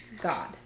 God